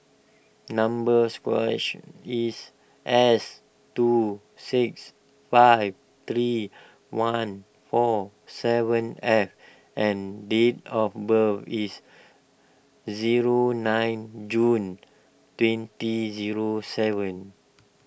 number squashy is S two six five three one four seven F and date of birth is zero nine June twenty zero seven